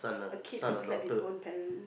a kid who slap his own parent